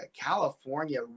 California